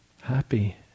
happy